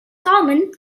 common